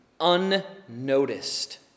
unnoticed